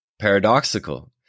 paradoxical